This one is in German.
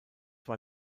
war